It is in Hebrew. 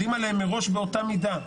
יודעים עליהם מראש באתה מידה,